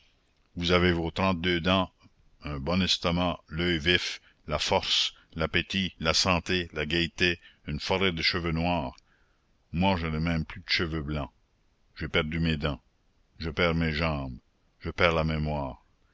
vous avez vos trente-deux dents un bon estomac l'oeil vif la force l'appétit la santé la gaîté une forêt de cheveux noirs moi je n'ai même plus de cheveux blancs j'ai perdu mes dents je perds mes jambes je perds la mémoire